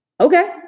Okay